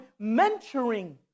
mentoring